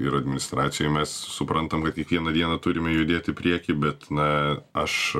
ir administracijoj mes suprantam kad kiekvieną dieną turime judėti į priekį bet na aš